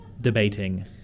debating